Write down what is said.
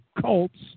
Colts